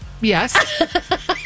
Yes